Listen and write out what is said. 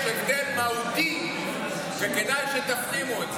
יש הבדל מהותי וכדאי שתפנימו את זה.